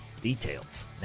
Details